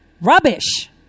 Rubbish